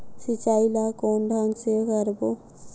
सिंचाई ल कोन ढंग से करबो?